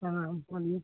हाँ बोलिए